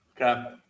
Okay